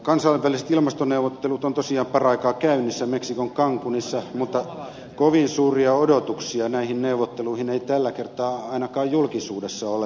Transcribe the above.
kansainväliset ilmastoneuvottelut ovat tosiaan paraikaa käynnissä meksikon cancunissa mutta kovin suuria odotuksia näihin neuvotteluihin ei tällä kertaa ainakaan julkisuudessa ole ladattu